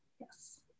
yes